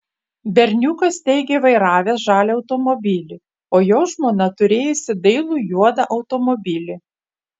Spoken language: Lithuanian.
berniukas teigė vairavęs žalią automobilį o jo žmona turėjusi dailų juodą automobilį